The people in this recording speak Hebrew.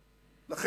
אורון, נא לסיים.